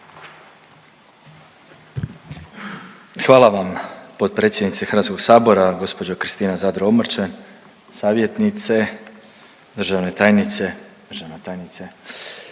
Hvala vam potpredsjednice HS, gđo. Kristina Zadro Omrčen, savjetnice, državne tajnice, državna tajnice,